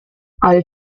als